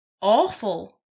awful